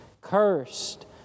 cursed